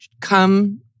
come